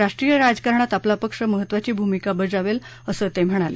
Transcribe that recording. राष्ट्रीय राजकारणात आपला पक्ष महत्वाची भूमिका बजावेल असं ते म्हणाले